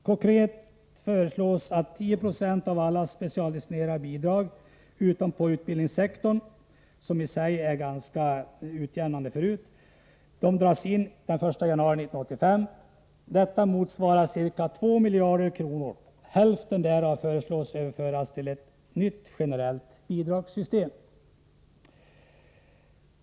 Konkret föreslås att 10 2 av alla specialdestinerade bidrag — utom bidragen på utbildningssektorn, som i sig är ganska utjämnande — dras in den 1 januari 1985. Detta motsvarar ca 2 miljarder kronor. Hälften därav föreslås överföras till det nya generella bidragssystemet.